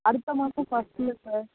அடுத்த மாதம் ஃபஸ்ட்டில் சார்